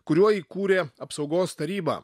kuriuo įkūrė apsaugos tarybą